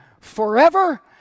forever